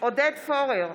עודד פורר,